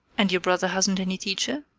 and your brother hasn't any teacher?